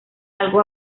algo